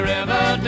River